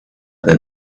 their